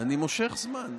מושך זמן.